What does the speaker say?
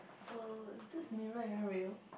so it's still mirror even real